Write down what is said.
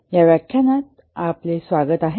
या व्याख्यानात आपले स्वागत आहे